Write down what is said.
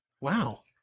Wow